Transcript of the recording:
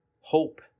hope